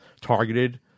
targeted